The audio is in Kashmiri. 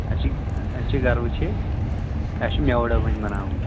اَسہِ چھِ اَسہِ چھِ گرٕ وٕچھِنۍ اَسہِ چھُ مٮ۪وٕ ڈَبہٕ وۄنۍ بَناوُن